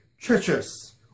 Treacherous